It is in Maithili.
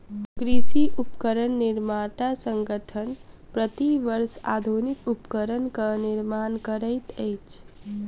कृषि उपकरण निर्माता संगठन, प्रति वर्ष आधुनिक उपकरणक निर्माण करैत अछि